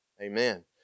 Amen